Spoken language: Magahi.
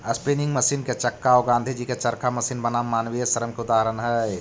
स्पीनिंग मशीन के चक्का औ गाँधीजी के चरखा मशीन बनाम मानवीय श्रम के उदाहरण हई